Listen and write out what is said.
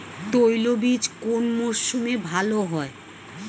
তৈলবীজ কোন মরশুমে ভাল হয়?